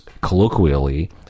colloquially